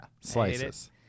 slices